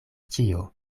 ĉio